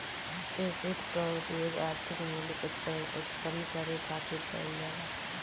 asset कअ उपयोग आर्थिक मूल्य उत्पन्न करे खातिर कईल जाला